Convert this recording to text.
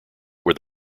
where